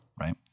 Right